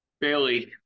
Bailey